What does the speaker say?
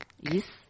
Yes